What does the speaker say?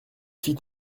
fit